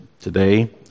today